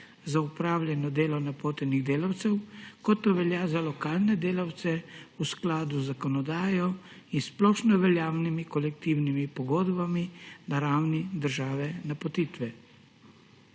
za opravljeno delo napotenih delavcev, kot to velja za lokalne delavce v skladu z zakonodajo in splošnoveljavnimi kolektivnimi pogodbami na ravni države napotitve.